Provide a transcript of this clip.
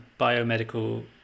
biomedical